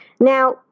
Now